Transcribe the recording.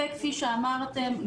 וכפי שאמרתם,